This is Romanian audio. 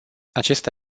acesta